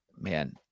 man